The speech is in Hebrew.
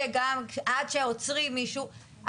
שגם עד שעוצרים מישהו,